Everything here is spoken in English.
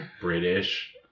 British